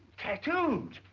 tattooed?